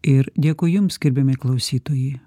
ir dėkui jums gerbiami klausytojai